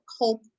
hope